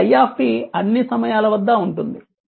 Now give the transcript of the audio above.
ఈ i అన్ని సమయాల వద్ద ఉంటుంది